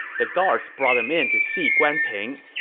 the guards brought him in to see guan ping.